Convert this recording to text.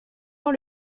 dans